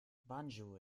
banjul